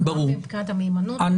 גם מבחינת המהימנות.